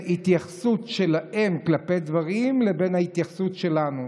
התייחסות שלהם כלפי דברים לבין ההתייחסות שלנו.